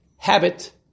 Habit